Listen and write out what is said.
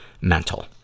mental